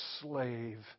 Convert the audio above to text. slave